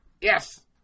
Yes